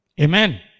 Amen